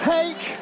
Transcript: Take